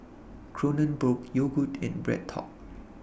Kronenbourg Yogood and BreadTalk